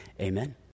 Amen